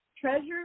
Treasure